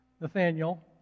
Nathaniel